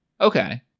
Okay